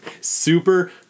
Super